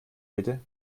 bitte